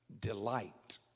delight